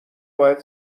باید